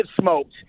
smoked